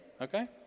Okay